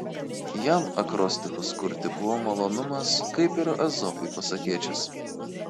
jam akrostichus kurti buvo malonumas kaip ir ezopui pasakėčias